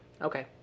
okay